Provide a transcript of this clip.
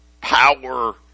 power